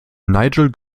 nigel